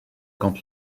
quand